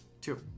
Two